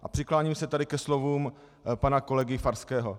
A přikláním se tady ke slovům pana kolegy Farského.